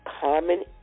common